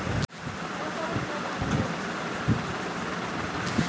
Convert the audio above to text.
dollar এক ধরনের টাকা যার মূল্য ভারতীয় টাকায় একাত্তর টাকা